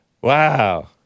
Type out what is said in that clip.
Wow